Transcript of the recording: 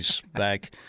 back